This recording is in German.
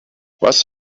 was